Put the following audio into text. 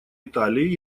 италии